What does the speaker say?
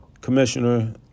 Commissioner